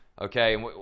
Okay